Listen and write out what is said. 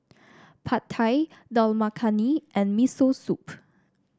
Pad Thai Dal Makhani and Miso Soup